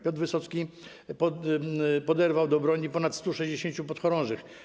Piotr Wysocki poderwał do broni ponad 160 podchorążych.